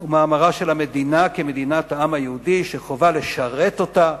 מעמדה של המדינה כמדינת העם היהודי שחובה לשרת אותה,